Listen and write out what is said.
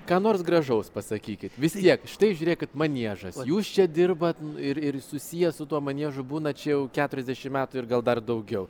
ką nors gražaus pasakykit vis tiek štai žiūrėkit maniežas jūs čia dirbat ir ir susijęs su tuo maniežu būnta čia jau keturiasdešimt metų ir gal dar daugiau